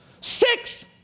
Six